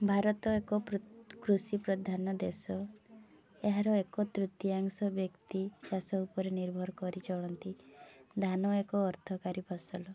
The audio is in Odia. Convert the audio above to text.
ଭାରତ ଏକ କୃଷି ପ୍ରଧାନ ଦେଶ ଏହାର ଏକ ତୃତୀୟାଂଶ ବ୍ୟକ୍ତି ଚାଷ ଉପରେ ନିର୍ଭର କରି ଚଳନ୍ତି ଧାନ ଏକ ଅର୍ଥକାରୀ ଫସଲ